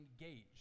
engaged